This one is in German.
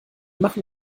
machen